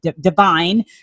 divine